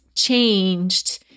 changed